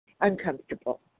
uncomfortable